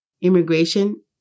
immigration